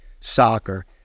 Soccer